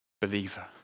believer